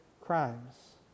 crimes